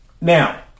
Now